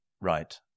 right